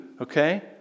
okay